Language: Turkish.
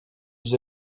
yüz